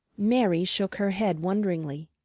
mary shook her head wonderingly.